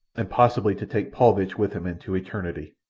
and possibly to take paulvitch with him into eternity.